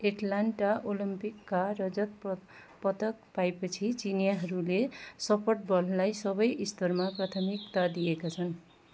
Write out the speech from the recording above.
Atlanta ओलम्पिकका रजत पद पदक पाएपछि चिनियाँहरूले सपटबललाई सबै स्तरमा प्राथमिकता दिएका छन्